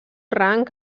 rang